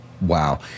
Wow